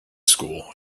school